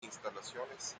instalaciones